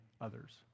others